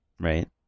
Right